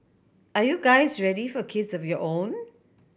are you guys ready for kids of your own